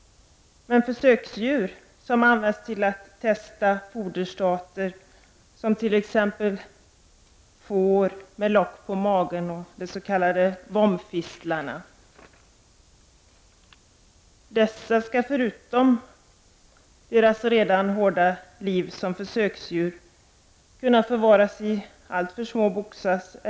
Men försöksdjur som används för att testa foderstater, t.ex. får med lock på magen och s.k. vombfistlar, får utstå mycket lidande. Förutom sitt redan hårda liv som försöksdjur förvaras de i alltför små boxar.